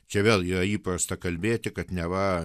čia vėl yra įprasta kalbėti kad neva